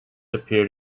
appeared